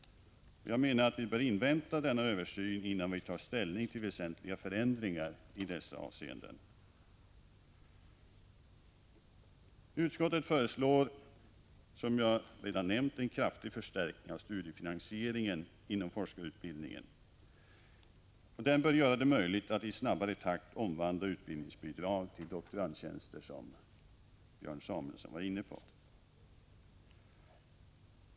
Jag menar att vi bör invänta denna översyn innan vi tar ställning till väsentliga förändringar i dessa avseenden. Utskottet föreslår, som jag redan nämnt, en kraftig förstärkning av studiefinansieringen inom forskarutbildningen. Den bör göra det möjligt att i snabbare takt omvandla utbildningsbidrag till doktorandtjänster, en fråga som också berördes av Björn Samuelson.